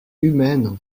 humaine